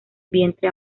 vientre